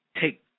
take